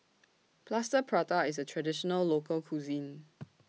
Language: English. Plaster Prata IS A Traditional Local Cuisine